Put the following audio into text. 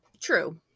True